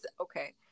okay